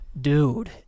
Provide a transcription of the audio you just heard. Dude